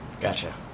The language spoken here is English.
Gotcha